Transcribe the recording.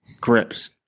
grips